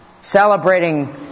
Celebrating